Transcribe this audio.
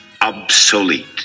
Obsolete